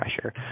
pressure